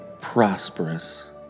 prosperous